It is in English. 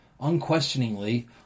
Unquestioningly